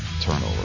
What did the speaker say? turnover